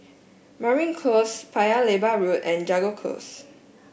Mariam Close Paya Lebar Road and Jago Close